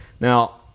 Now